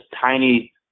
tiny